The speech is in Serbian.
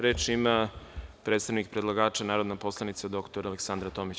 Reč ima predstavnik predlagača narodna poslanica dr Aleksandra Tomić.